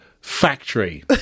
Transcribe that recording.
factory